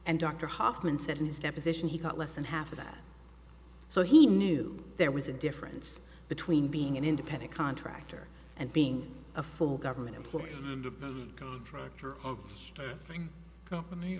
and dr hoffman said in his deposition he got less than half of that so he knew there was a difference between being an independent contractor and being a full government employee and of the contractor